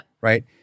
right